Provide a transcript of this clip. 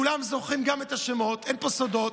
כולם זוכרים גם את השמות, אין פה סודות.